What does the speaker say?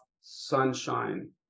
sunshine